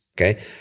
okay